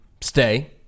stay